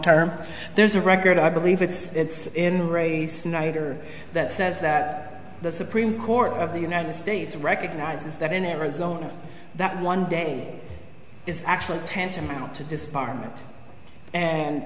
term there's a record i believe it's it's in re snyder that says that the supreme court of the united states recognizes that in arizona that one day is actually tantamount to disbarment and